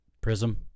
Prism